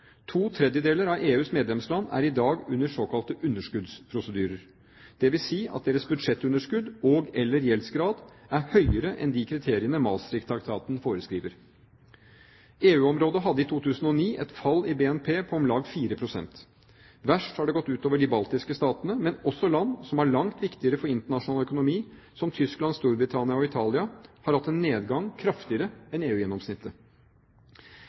To tredjedeler av EUs medlemsland er i dag under såkalte underskuddsprosedyrer, dvs. at deres budsjettunderskudd og/eller gjeldsgrad er høyere enn de kriteriene Maastricht-traktaten foreskriver. EU-området hadde i 2009 et fall i BNP på om lag 4 pst. Verst har det gått ut over de baltiske statene, men også land som er langt viktigere for internasjonal økonomi, som Tyskland, Storbritannia og Italia, har hatt en nedgang kraftigere enn